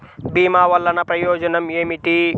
భీమ వల్లన ప్రయోజనం ఏమిటి?